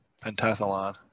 Pentathlon